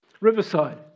Riverside